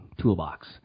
toolbox